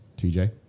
TJ